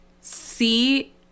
see